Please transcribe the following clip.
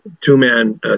two-man